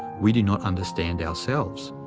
we do not understand ourselves.